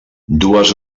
dues